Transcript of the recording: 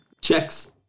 checks